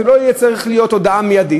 שזו לא צריכה להיות הודעה מיידית.